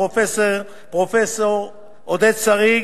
פרופסור עודד שריג,